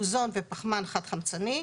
אוזון ופחמן חד חמצני.